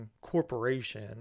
corporation